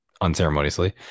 unceremoniously